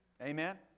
Amen